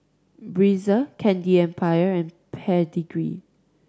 Breezer Candy Empire and Pedigree